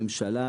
הממשלה,